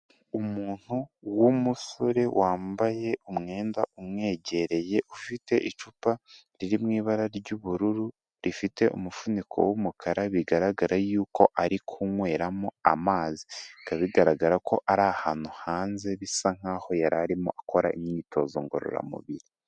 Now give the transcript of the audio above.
Umuntu w'umusore wambaye umwenda umwegereye ufite icupa riri mu ibara ry'ubururu, rifite umufuniko w'umukara bigaragara yuko ari kunyweramo amazi, bikaba bigaragara ko ari ahantu hanze bisa nk'aho yari arimo akora imyitozo ngororamubiri.